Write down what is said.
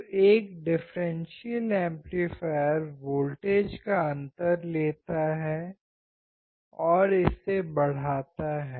तो एक differential amplifier voltage का अंतर लेता है और इसे बढ़ाता है